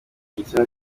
igitsina